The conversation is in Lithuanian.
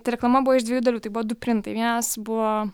ta reklama buvo iš dviejų dalių tai buvo du printai vienas buvo